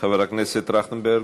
חבר הכנסת טרכטנברג.